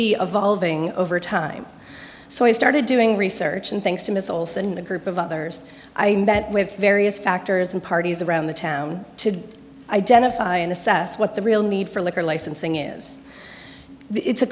valving over time so i started doing research and thanks to missiles and a group of others i met with various factors and parties around the town to identify and assess what the real need for liquor licensing is it's a